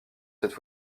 cette